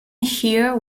hear